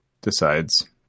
decides